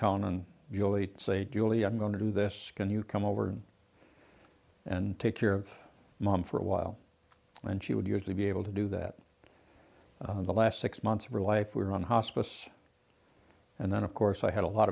count on you'll eat say duley i'm going to do this can you come over and take care of mom for a while and she would usually be able to do that the last six months of real life were on hospice and then of course i had a lot